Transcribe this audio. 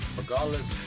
regardless